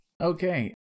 Okay